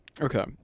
Okay